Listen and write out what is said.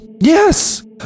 Yes